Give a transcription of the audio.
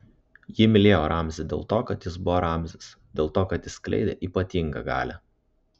ji mylėjo ramzį dėl to kad jis buvo ramzis dėl to kad jis skleidė ypatingą galią